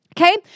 Okay